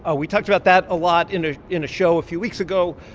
ah we talked about that a lot in ah in a show a few weeks ago,